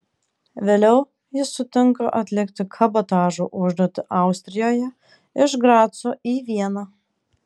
vėliau jis sutinka atlikti kabotažo užduotį austrijoje iš graco į vieną